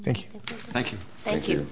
thank you thank you thank you